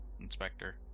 inspector